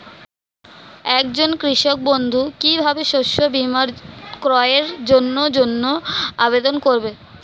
একজন কৃষক বন্ধু কিভাবে শস্য বীমার ক্রয়ের জন্যজন্য আবেদন করবে?